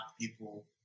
people